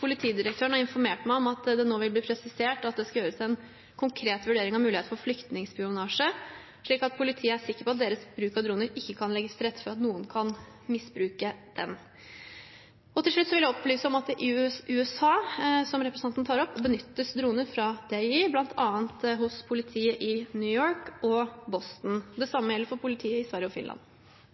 Politidirektøren har informert meg om at det nå vil bli presisert at det skal gjøres en konkret vurdering av mulighet for flyktningspionasje, slik at politiet er sikker på at deres bruk av droner ikke kan legge til rette for at noen kan misbruke den. Til slutt vil jeg opplyse om at det i USA, som representanten tar opp, benyttes droner fra DJI, bl.a. hos politiet i New York og Boston. Det samme gjelder for politiet i Sverige og Finland.